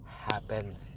happen